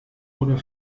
oder